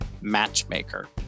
matchmaker